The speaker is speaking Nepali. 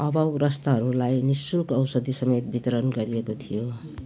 अभावग्रस्तहरूलाई निःशुल्क औषधिसमेत वितरण गरिएको थियो